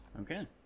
Okay